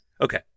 Okay